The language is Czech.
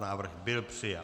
Návrh byl přijat.